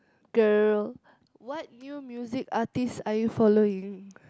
girl what new music artiste are you following